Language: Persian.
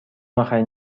آخرین